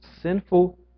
sinful